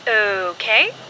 Okay